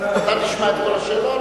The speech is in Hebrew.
להמשיך להיות בקשר גם עם הקהילה,